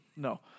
No